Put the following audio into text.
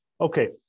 Okay